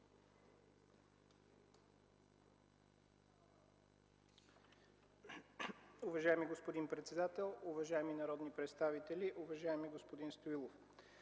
Уважаеми господин председател, уважаеми народи представители! Уважаеми господин Стоилов,